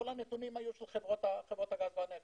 כל הנתונים היו של חברות הגז והנפט